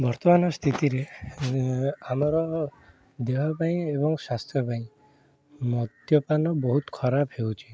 ବର୍ତ୍ତମାନ ସ୍ଥିତିରେ ଆମର ଦେହ ପାଇଁ ଏବଂ ସ୍ୱାସ୍ଥ୍ୟ ପାଇଁ ମଦ୍ୟପାନ ବହୁତ ଖରାପ ହେଉଛି